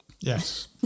Yes